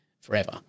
forever